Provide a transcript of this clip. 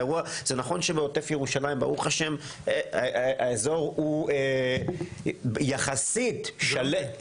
זה נכון שבעוטף ירושלים ברוך השם האזור הוא יחסית שלו.